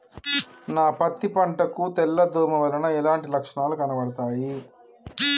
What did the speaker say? నా పత్తి పంట కు తెల్ల దోమ వలన ఎలాంటి లక్షణాలు కనబడుతాయి?